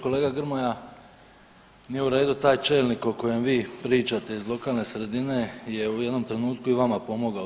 Kolega Grmoja nije u redu, taj čelnik o kojem vi pričate iz lokalne sredine je u jednom trenutku i vama pomogao